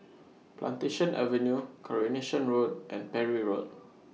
Plantation Avenue Coronation Road and Parry Road